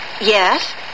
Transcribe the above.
Yes